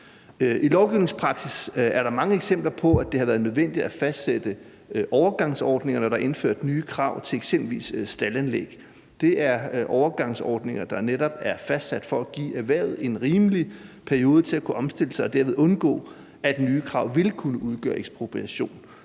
I lovgivningspraksis er der mange eksempler på, at det har været nødvendigt at fastsætte overgangsordninger, når der er indført nye krav til eksempelvis staldanlæg. Det er overgangsordninger, der netop er fastsat for at give erhvervet en rimelig periode til at kunne omstille sig og derved undgå, at nye krav vil kunne udgøre ekspropriation.